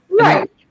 Right